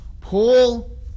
paul